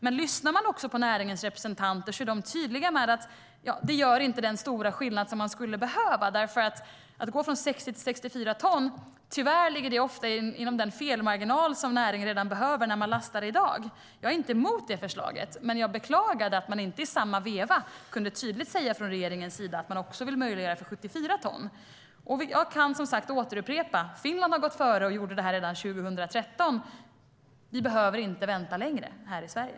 Men om man lyssnar på näringens representanter hör man att de är tydliga med att det inte gör den stora skillnad som man skulle behöva. Om man går från 60 till 64 ton ligger det tyvärr ofta inom den felmarginal som näringen redan behöver när man lastar i dag. Jag är inte emot förslaget, men jag beklagar att regeringen inte i samma veva tydligt kunde säga att man också vill möjliggöra 74 ton. Jag kan upprepa: Finland har gått före och gjorde detta redan 2013. Vi behöver inte vänta längre här i Sverige.